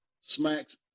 smacks